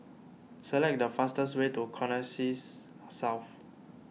select the fastest way to Connexis South